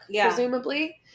presumably